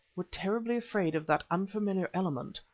were terribly afraid of that unfamiliar element,